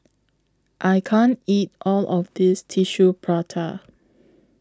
I can't eat All of This Tissue Prata